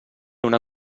una